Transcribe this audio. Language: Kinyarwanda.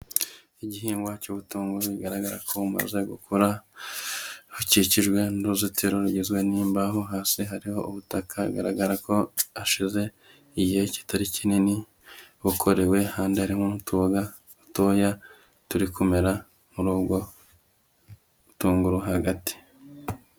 Igihingwa cy'ubutunguru bigaragara ko bumaze gukura. Hakikijwe n'uruzitiro rugizwe n'imbaho, hasi hari ubutaka bigaragara ko hashize igihe kitari kinini bukorewe, ahandi harimo n'utuboga dutoya turi kumera muri ubwo butunguru hagati.